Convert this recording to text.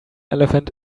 elephant